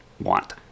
want